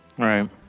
right